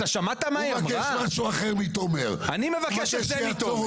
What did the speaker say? מי בעד?